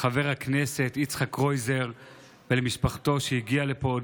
חבר הכנסת יצחק קרויזר ולמשפחתו שהגיעה לפה.